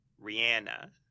Rihanna